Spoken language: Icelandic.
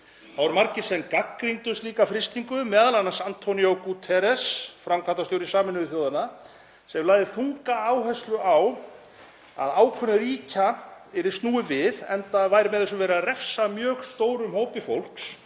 margir sem gagnrýndu slíka frystingu, m.a. António Guterres, framkvæmdastjóri Sameinuðu þjóðanna, sem lagði þunga áherslu á að ákvörðun ríkja yrði snúið við, enda væri með þessu verið að refsa mjög stórum hópi fólks